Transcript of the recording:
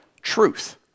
Truth